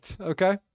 okay